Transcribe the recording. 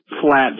flat